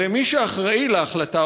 הרי מי שאחראי להחלטה,